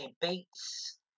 Beats